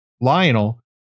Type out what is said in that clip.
Lionel